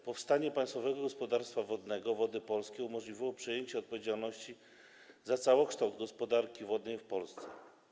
Utworzenie Państwowego Gospodarstwa Wodnego Wody Polskie umożliwiło przejęcie przez nie odpowiedzialności za całokształt gospodarki wodnej w Polsce.